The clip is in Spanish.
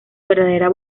verdadera